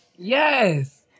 Yes